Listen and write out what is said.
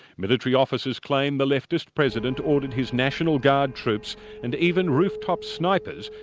military officers claimed the leftist president ordered his national guard troops and even rooftop snipers,